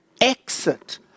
exit